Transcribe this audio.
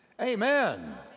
Amen